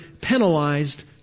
penalized